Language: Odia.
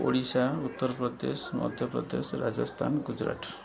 ଓଡ଼ିଶା ଉତ୍ତରପ୍ରଦେଶ ମଧ୍ୟପ୍ରଦେଶ ରାଜସ୍ଥାନ ଗୁଜୁରାଟ